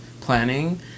planning